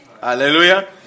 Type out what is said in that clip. Hallelujah